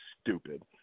stupid